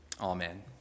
Amen